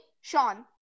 Sean